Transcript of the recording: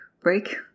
break